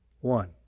one